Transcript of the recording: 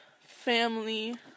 family